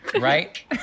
right